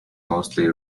mostly